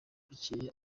bukeye